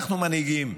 אנחנו מנהיגים.